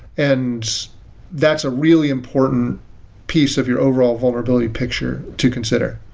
and that's a really important piece of your overall vulnerability picture to consider.